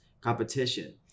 Competition